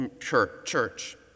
church